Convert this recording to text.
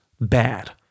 bad